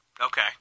Okay